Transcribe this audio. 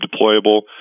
deployable